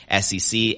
SEC